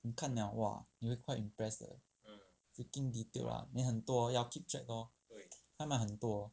你看 liao !wah! you 会快一点 press the freaking detailed lah then 很多要 keep track lor 他买很多